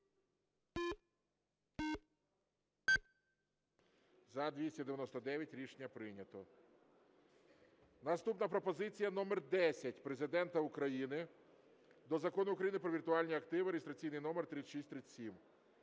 За-299 Рішення прийнято. Наступна пропозиція номер 10 Президента України до Закону України "Про віртуальні активи" (реєстраційний номер 3637).